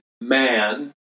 man